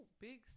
big